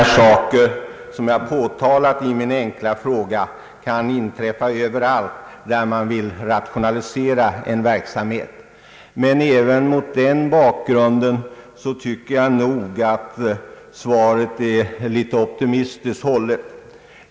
Herr talman! Jag ber att få tacka statsrådet Sträng för svaret, samtidigt som jag vill betona att sådana saker som jag påtalat i min enkla fråga kan inträffa överallt där man försöker rationalisera en verksamhet. Men även mot den bakgrunden tycker jag att svaret är en smula optimistiskt hållet.